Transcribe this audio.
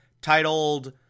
titled